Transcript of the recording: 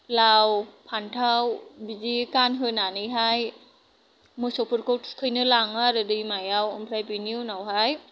लाव फान्थाव बिदि गानहोनानैहाय मोसौफोरखौ थुखैनो लाङो आरो दैमायाव ओमफ्राय बेनि उनावहाय